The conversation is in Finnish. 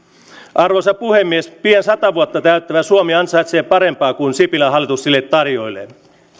arvoisa puhemies pian sata vuotta täyttävä suomi ansaitsee parempaa kuin sipilän hallitus sille tarjoilee